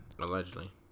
Allegedly